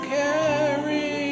carry